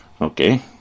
okay